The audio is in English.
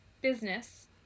business